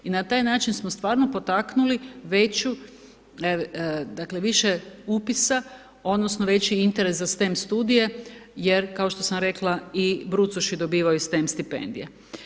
I na taj način smo stvarno potaknuli veću, dakle, više upisa odnosno veći interes za STEM studije jer kao što sam rekla i brucoši dobivaju STEM stipendije.